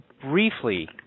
briefly